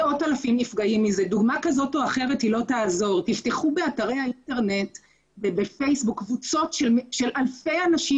במידה רבה כי היא לא יכולה להיכנס לפרטי הפרטים של כל מקרה ולאשר.